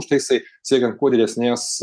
užtaisai siekiant kuo didesnės